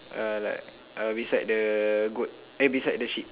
uh like uh beside the goat eh beside the sheep